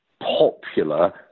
popular